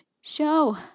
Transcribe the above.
show